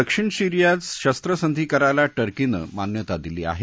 दक्षिण सिरियात शस्त्रसंधी करायला टर्कीनं मान्यता दिली आहे